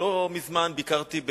לא מזמן ביקרתי,